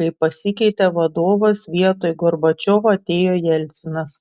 kai pasikeitė vadovas vietoj gorbačiovo atėjo jelcinas